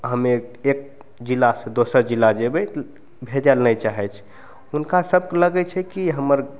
हमे एक जिलासँ दोसर जिला जेबय भेजय लए नहि चाहय छै हुनका सबके लगय छै कि हमर